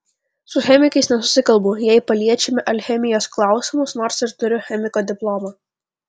su chemikais nesusikalbu jei paliečiame alchemijos klausimus nors ir turiu chemiko diplomą